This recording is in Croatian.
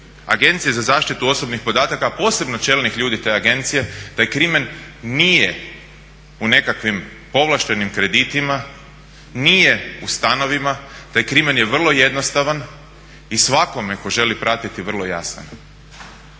Agencije za zaštitu osobnih podataka a posebno čelnih ljudi te agencije, taj krimen nije u nekakvim povlaštenim kreditima, nije u stanovima, taj krimen je vrlo jednostavan i svakome tko želi pratiti vrlo jasan.